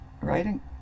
writing